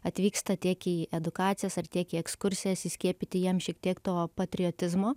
atvyksta tiek į edukacijas ar tiek į ekskursijas įskiepyti jiem šiek tiek to patriotizmo